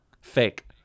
fake